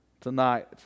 tonight